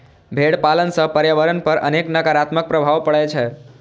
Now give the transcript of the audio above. भेड़ पालन सं पर्यावरण पर अनेक नकारात्मक प्रभाव पड़ै छै